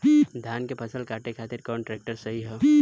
धान के फसल काटे खातिर कौन ट्रैक्टर सही ह?